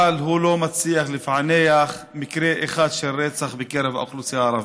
אבל הוא לא מצליח לפענח מקרה אחד של רצח בקרב האוכלוסייה הערבית,